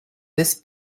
this